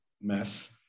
mess